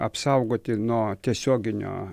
apsaugoti nuo tiesioginio